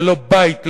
ללא בית,